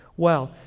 well,